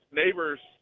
neighbors